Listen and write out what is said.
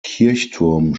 kirchturm